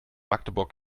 magdeburg